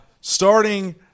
Starting